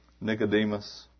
Nicodemus